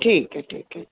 ठीक है ठीक है